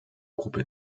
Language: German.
gruppe